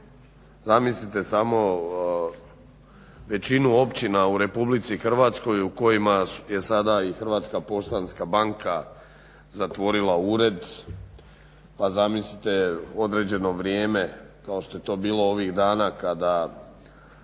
zamislite samo većinu općina u RH u kojima je sada i HPB-a zatvorila ured, pa zamislite određeno vrijeme kao što je to bilo ovih dana kada